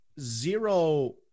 zero